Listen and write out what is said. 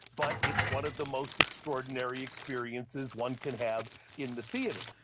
but it's one of the most extraordinary experiences one can have in the theatre.